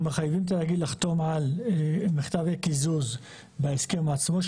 אנחנו מחייבים תאגיד לחתום על מכתב קיזוז מההסכם עצמו,